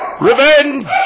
Revenge